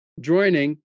joining